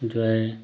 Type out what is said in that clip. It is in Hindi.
जो है